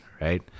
Right